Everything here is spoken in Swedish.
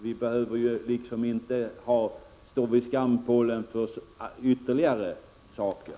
Vi behöver inte stå vid skampålen för ytterligare saker.